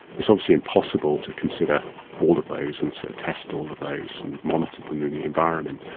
it's obviously impossible to consider all of those and so test all of those and monitor them in the environment.